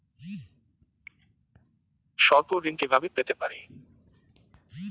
স্বল্প ঋণ কিভাবে পেতে পারি?